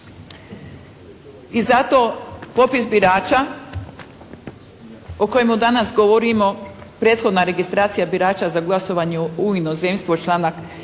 I zato popis birača o kojemu danas govorimo, prethodna registracija birača za glasovanje u inozemstvu članak